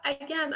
again